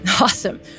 Awesome